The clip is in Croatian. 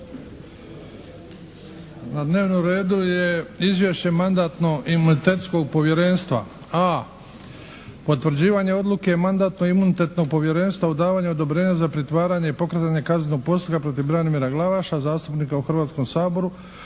Na dnevnom redu je 1. Izvješće Mandatno imunitetnog povjerenstva a) Potvrđivanje odluke Mandatno imunitetnog povjerenstva o davanju odobrenja za pritvaranje i pokretanje kaznenog postupka protiv Branimira Glavaša zastupnika u Hrvatskom saboru